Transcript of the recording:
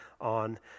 on